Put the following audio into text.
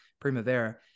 Primavera